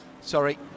Sorry